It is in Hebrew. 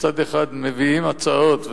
מצד אחד מביאים הצעות,